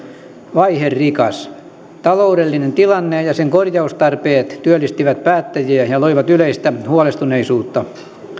vaiherikas taloudellinen tilanne ja sen korjaustarpeet työllistivät päättäjiä ja loivat yleistä huolestuneisuutta